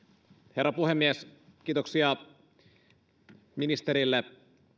herra puhemies kiitoksia ministerille